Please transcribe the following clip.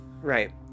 Right